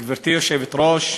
גברתי היושבת-ראש,